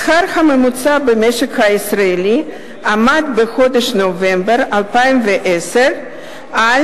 השכר הממוצע במשק הישראלי עמד בחודש נובמבר 2010 על